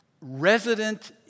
resident